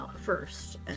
first